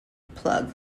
plug